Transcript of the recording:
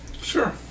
Sure